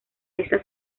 esas